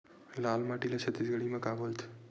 लाल माटी ला छत्तीसगढ़ी मा का बोलथे?